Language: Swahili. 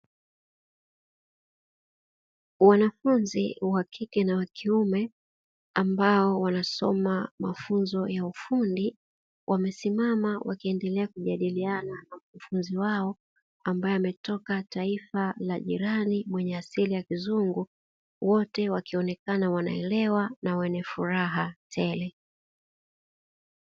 Wanafunzi wa kike na wa kiume, ambao wanasoma mafunzo ya ufundi, wamesimama wakiendelea kujadiliana na mkufunzi wao ambaye ametoka taifa la jirani mwenye asili ya kizungu; wote wakionekana wanaelewa na wenye furaha tele.